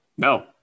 No